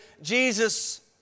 Jesus